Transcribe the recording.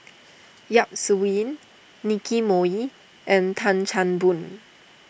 Yap Su Yin Nicky Moey and Tan Chan Boon